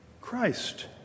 Christ